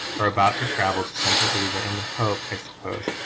were about to travel to central asia in the hope, i suppose,